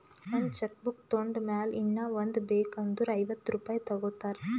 ಒಂದ್ cheque book ತೊಂಡ್ ಮ್ಯಾಲ ಇನ್ನಾ ಒಂದ್ ಬೇಕ್ ಅಂದುರ್ ಐವತ್ತ ರುಪಾಯಿ ತಗೋತಾರ್